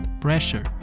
Pressure